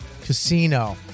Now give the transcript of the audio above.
Casino